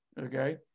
okay